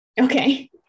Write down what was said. Okay